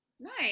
Nice